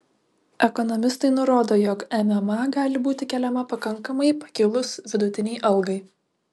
ekonomistai nurodo jog mma gali būti keliama pakankamai pakilus vidutinei algai